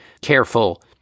careful